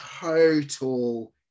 total